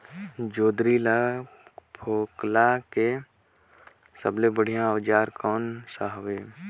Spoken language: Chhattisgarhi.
जोंदरी ला फोकला के सबले बढ़िया औजार कोन सा हवे?